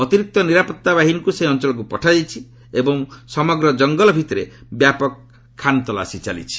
ଅତିରିକ୍ତ ନିରାପତ୍ତା ବାହିନୀକୁ ସେହି ଅଞ୍ଚଳକୁ ପଠାଯାଇଛି ଏବଂ ସମଗ୍ର ଜଙ୍ଗଲ ଭିତରେ ବ୍ୟାପକ ଖାନତଲାସୀ ଚାଲିଛି